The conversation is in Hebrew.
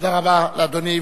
תודה רבה לאדוני,